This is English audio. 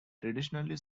traditionally